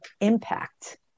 impact